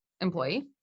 employee